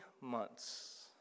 months